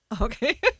Okay